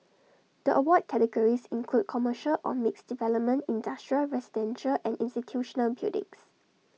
the award categories include commercial or mixed development industrial residential and institutional buildings